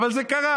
אבל זה קרה.